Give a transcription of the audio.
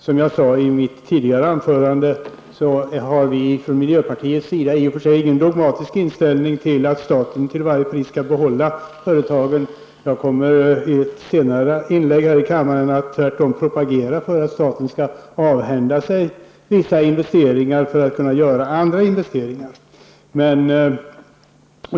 Som jag sade i mitt tidigare anförande har vi i miljöpartiet i och för sig inte den dogmatiska inställningen att staten till varje pris skall behålla företag. I ett senare inlägg här i kammaren kommer jag tvärtom att propagera för att staten skall avhända sig vissa investeringar för att kunna göra andra.